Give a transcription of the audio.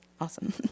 Awesome